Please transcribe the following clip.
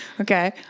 okay